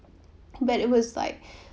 but it was like